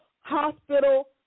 Hospital